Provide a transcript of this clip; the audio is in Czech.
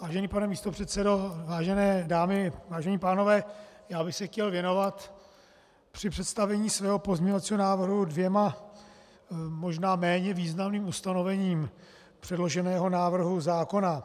Vážený pane místopředsedo, vážené dámy, vážení pánové, já bych se chtěl věnovat při představení svého pozměňovacího návrhu dvěma možná méně významným ustanovením předloženého návrhu zákona.